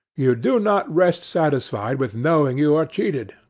you do not rest satisfied with knowing you are cheated,